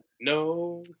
no